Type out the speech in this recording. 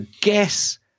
guess